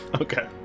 Okay